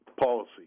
Policy